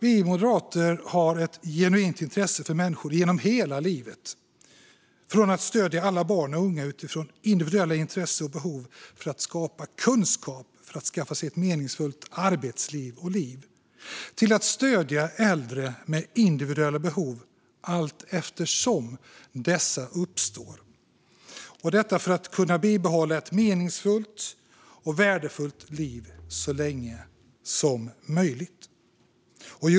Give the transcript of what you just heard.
Vi moderater har ett genuint intresse för människor genom hela livet - från att stödja alla barn och unga utifrån individuella intressen och behov av att skapa kunskap för att de ska kunna skaffa sig ett meningsfullt arbetsliv och liv till att stödja äldre med individuella behov allteftersom dessa uppstår för att man ska kunna bibehålla ett meningsfullt och värdefullt liv så länge som möjligt.